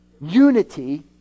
unity